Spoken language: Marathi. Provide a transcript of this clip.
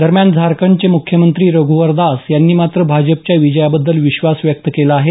दरम्यान झारखंडचे मुख्यमंत्री रघुवर दास यांनी मात्र भाजपच्या विजयाबद्दल विश्वास व्यक्त केला आहे